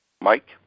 Mike